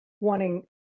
wanting